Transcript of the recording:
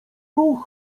ruch